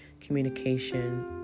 communication